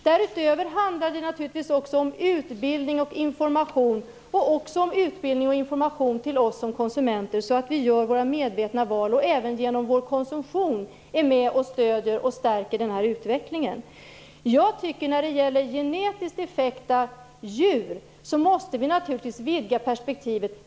Därutöver handlar det naturligtvis också om utbildning och information och också om utbildning och information till oss konsumenter så att vi gör våra medvetna val och även genom vår konsumtion är med och stödjer och stärker utvecklingen. När det gäller genetiskt defekta djur måste vi naturligtvis vidga perspektivet.